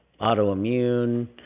autoimmune